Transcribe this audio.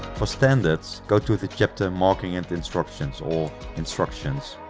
for standards, go to the chapter marking and instructions, or instructions.